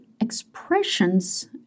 expressions